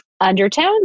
undertones